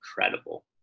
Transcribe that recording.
incredible